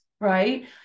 right